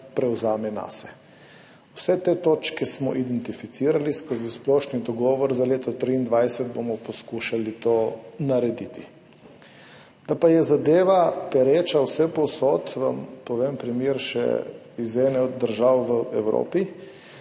prevzame nase. Vse te točke smo identificirali skozi splošni dogovor za leto 2023 in bomo poskušali to narediti. Da pa je zadeva pereča vsepovsod, vam povem primer še iz ene od držav v Evropi,